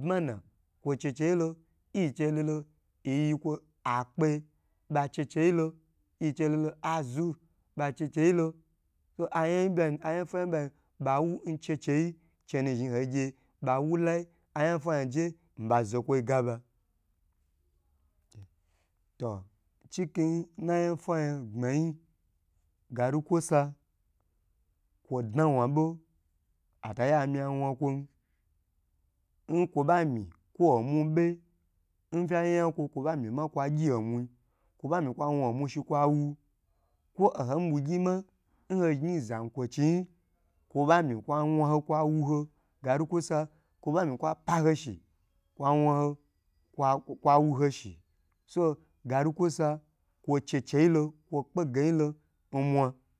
bmana, kwo cheche yi lo, yin che lolo yi yi kwo ge akpe ɓa che che yi lo, yin che lolo azu ɓa cheche yi lo. Anya yen ɓain, anya fwa yen ɓain ɓawu n checheyi, kwo nzhni hoi gye ɓa wu lai, anya fwanya je n ɓa zokwo gaɓa to chikin nna nyafwanya, gbmanyi galu kwosa, kwo dna wna ɓo ata ye amyi a wna kwon, n kwo ɓa myi kwo omwu ɓe, n kwa nyakwo, kwo ɓa myi ma kwa gyi omwui, kwo ɓa myi kwa wna omwu shi kwa wu, kwo oho nyi ɓwugyi ma n ho gnyi zankwochi nyi, kwo ɓa myi kwa wnaho kwa wu ho, galu kwosa kwo ɓa myi kwa pa ho shi, kwa wna ho, kwa-kwa wu ho shi, so galu-kwosa, kwo che che yi lo, kwo kpe genyi lo n mwa.